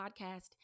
podcast